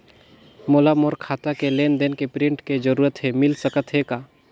मोला मोर खाता के लेन देन के प्रिंट के जरूरत हे मिल सकत हे का?